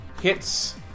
hits